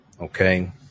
Okay